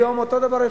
היום אפשר אותו הדבר,